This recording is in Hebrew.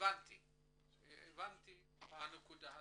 הבנתי את הנקודה הזו.